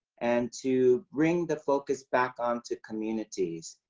and to bring the focus back um to communities.